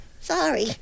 Sorry